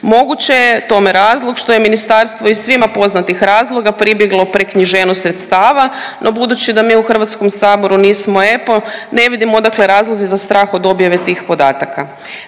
Moguće je tome razlog što je ministarstvo iz svima poznatih razloga pribjeglo preknjiženju sredstava, no budući da mi u HS-u nismo EPO, ne vidim odakle razlozi za strah od objave tih podataka.